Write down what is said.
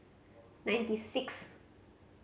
ninety six